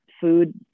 food